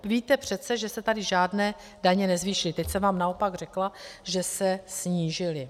Víte přece, že se tady žádné daně nezvýšily, teď jsem vám naopak řekla, že se snížily.